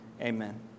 Amen